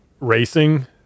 racing